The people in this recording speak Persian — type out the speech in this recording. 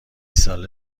ساله